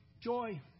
Joy